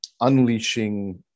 unleashing